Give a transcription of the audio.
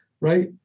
right